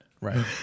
Right